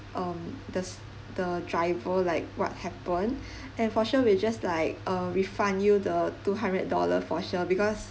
um does the driver like what happen and for sure we'll just like uh refund you the two hundred dollar for sure because